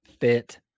fit